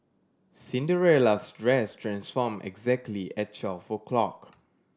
Cinderella's dress transformed exactly at twelve o' clock